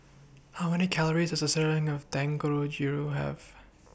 How Many Calories Does A Serving of Have